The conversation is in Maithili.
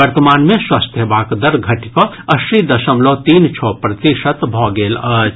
वर्तमान मे स्वस्थ हेबाक दर घटि कऽ अस्सी दशमलव तीन छओ प्रतिशत भऽ गेल अछि